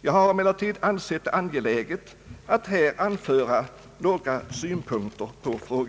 Jag har emellertid ansett det angeläget att här anföra några synpunkter på frågan.